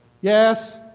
Yes